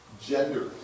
gender